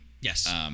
Yes